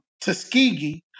Tuskegee